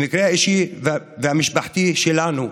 במקרה האישי והמשפחתי שלנו,